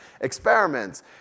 experiments